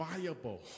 viable